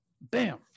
Bam